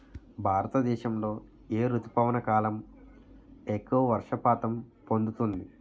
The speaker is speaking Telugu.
భారతదేశంలో ఏ రుతుపవన కాలం ఎక్కువ వర్షపాతం పొందుతుంది?